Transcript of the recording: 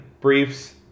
briefs